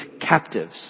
captives